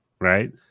right